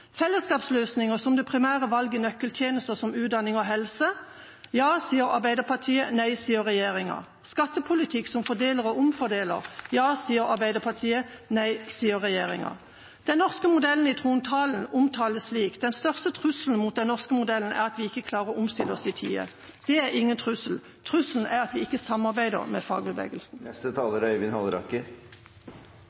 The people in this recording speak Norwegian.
Fellesskapsløsninger som det primære valg er nøkkeltjenester som utdanning og helse: Ja, sier Arbeiderpartiet. Nei, sier regjeringa. Skattepolitikk som fordeler og omfordeler: Ja, sier Arbeiderpartiet. Nei, sier regjeringa. Den norske modellen i trontalen omtales slik: Den største trusselen for den norske modellen er at vi ikke klarer å omstille oss i tide. Det er ingen trussel. Trusselen er at man ikke samarbeider med fagbevegelsen. Det motsatte av det grønne skiftet er